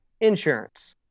insurance